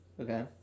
okay